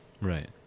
right